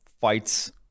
Fights